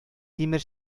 тимер